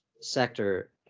sector